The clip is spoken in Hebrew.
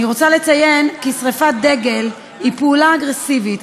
אני רוצה לציין כי שרפת דגל היא פעולה אגרסיבית,